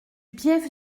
bief